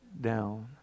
down